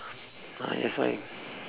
ah that's why